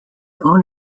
own